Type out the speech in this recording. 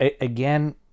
again